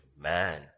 man